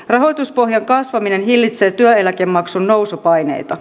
rahoituspohjan kasvaminen hillitsee työeläkemaksun nousupaineita